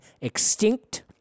extinct